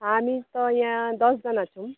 हामी त यहाँ दसजना छौँ